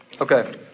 Okay